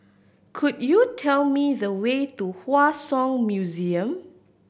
could you tell me the way to Hua Song Museum